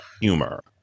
humor